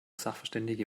sachverständige